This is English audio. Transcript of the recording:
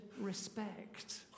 respect